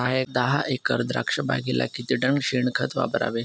दहा एकर द्राक्षबागेला किती टन शेणखत वापरावे?